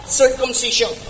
circumcision